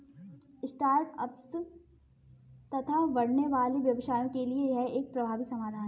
start ups तथा बढ़ने वाले व्यवसायों के लिए यह एक प्रभावी समाधान है